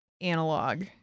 analog